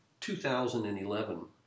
2011